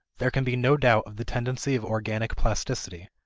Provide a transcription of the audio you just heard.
there can be no doubt of the tendency of organic plasticity,